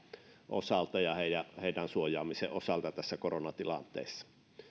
osalta ja heidän suojaamisensa osalta tässä koronatilanteessa